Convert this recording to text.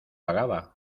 pagaba